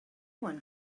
one